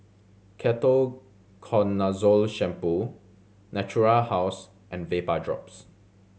Ketoconazole Shampoo Natura House and Vapodrops